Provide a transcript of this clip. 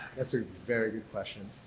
that's a very good question.